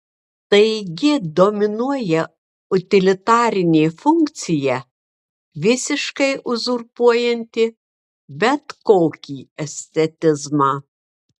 taigi dominuoja utilitarinė funkcija visiškai uzurpuojanti bet kokį estetizmą